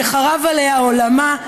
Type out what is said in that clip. שחרב עליה עולמה,